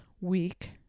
week